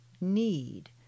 need